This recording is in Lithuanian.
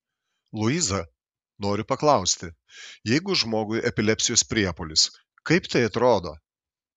luiza noriu paklausti jeigu žmogui epilepsijos priepuolis kaip tai atrodo